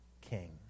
king